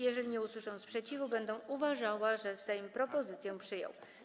Jeżeli nie usłyszę sprzeciwu, będę uważała, że Sejm propozycję przyjął.